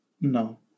no